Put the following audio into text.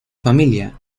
familia